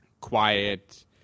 quiet